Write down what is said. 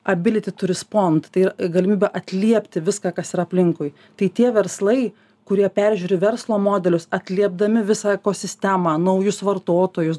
abiliti turi spond tai yra galimybę atliepti viską kas yra aplinkui tai tie verslai kurie peržiūri verslo modelius atliepdami visą ekosistemą naujus vartotojus